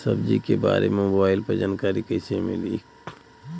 सब्जी के बारे मे मोबाइल पर जानकारी कईसे मिली?